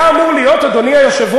היה אמור להיות, אדוני היושב-ראש,